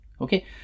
Okay